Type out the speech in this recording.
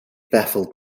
baffled